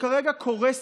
שכרגע קורסת?